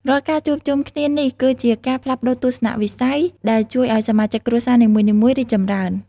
រាល់ការជួបជុំគ្នានេះគឺជាការផ្លាស់ប្តូរទស្សនៈវិស័យ ដែលជួយឱ្យសមាជិកគ្រួសារនីមួយៗរីកចម្រើន។